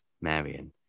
marion